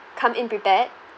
come in prepared